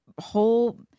whole